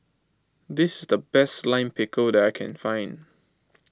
this the best Lime Pickle that I can find